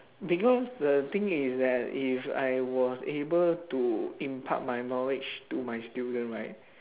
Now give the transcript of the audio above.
because the thing is that if I was able to impart my knowledge to my student right